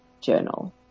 Journal